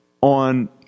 on